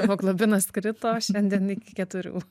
hemoglobinas krito šiandien iki keturių